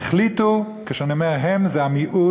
הם החליטו, כשאני אומר "הם", זה המיעוט